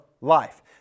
life